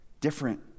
different